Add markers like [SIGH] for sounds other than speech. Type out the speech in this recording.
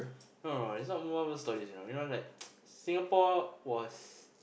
no no no this one World-War-One stories you know you know like [NOISE] Singapore was